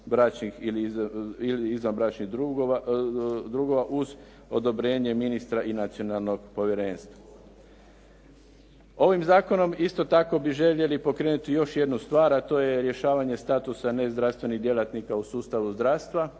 izvanbračnih drugova uz odobrenje ministra i nacionalnog povjerenstva. Ovim zakonom isto tako bi željeli pokrenuti još jednu stvar a to je rješavanje statusa nezdravstvenih djelatnika u sustavu zdravstva.